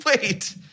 Wait